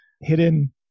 hidden